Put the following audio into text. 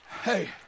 Hey